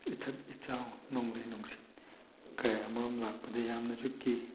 ꯏꯊꯛ ꯏꯆꯥꯎ ꯅꯣꯡꯂꯩ ꯅꯨꯡꯁꯤꯠ ꯀꯌꯥ ꯃꯔꯨꯝ ꯂꯥꯛꯄꯗꯩ ꯌꯥꯝꯅꯁꯨ ꯀꯤ